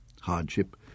hardship